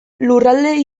lurralde